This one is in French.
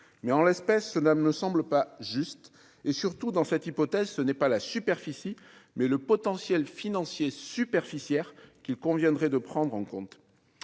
mais en l'espèce, cela ne semble pas juste et, surtout, dans cette hypothèse, ce n'est pas la superficie mais le potentiel financier superficiel qu'il conviendrait de prendre en compte,